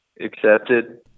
accepted